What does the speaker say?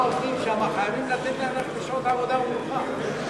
לתת להם שעות עבודה ומנוחה.